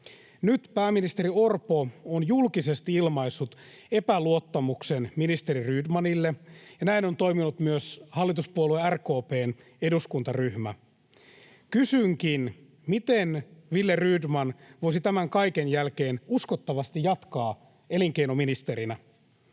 Nyt pääministeri Orpo on julkisesti ilmaissut epäluottamuksen ministeri Rydmanille, ja näin on toiminut myös hallituspuolue RKP:n eduskuntaryhmä. Kysynkin, miten Wille Rydman voisi tämän kaiken jälkeen uskottavasti jatkaa elinkeinoministerinä.